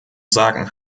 sagen